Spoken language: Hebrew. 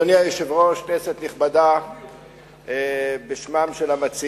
בסדר-היום: הצעת חוק מרשם תורמי מוח עצם,